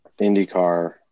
IndyCar